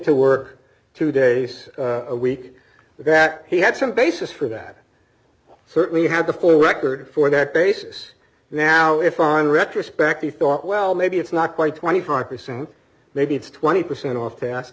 to work two days a week that he had some basis for that certainly you have the full record for that basis now if on retrospect he thought well maybe it's not quite twenty five percent maybe it's twenty percent off task